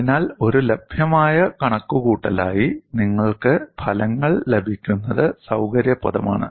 അതിനാൽ ഒരു ലഭ്യമായ കണക്കുകൂട്ടലായി നിങ്ങൾക്ക് ഫലങ്ങൾ ലഭിക്കുന്നത് സൌകര്യപ്രദമാണ്